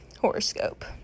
horoscope